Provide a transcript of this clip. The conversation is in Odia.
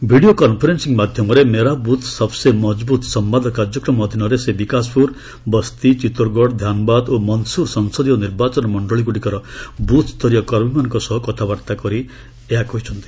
ଭିଡିଓ କନ୍ଫରେନ୍ଦିଂ ମାଧ୍ୟମରେ 'ମେରା ବୁଥ ସବ୍ ସେ ମଜବୂତ ସମ୍ବାଦ' କାର୍ଯ୍ୟକ୍ରମ ଅଧୀନରେ ସେ ବିକାଶପୁର ବସ୍ତି ଚିତ୍ତୋରଗଡ ଧ୍ୟାନବାଦ ଓ ମନ୍ଦସୁର ସଂସଦୀୟ ନିର୍ବାଚନ ମଣ୍ଡଳୀଗୁଡିକର ବ୍ରଥସ୍ତରୀୟ କର୍ମୀମାନଙ୍କ ସହ କଥାବାର୍ତ୍ତା କରି ସେ ଏହା କହିଛନ୍ତି